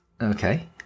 Okay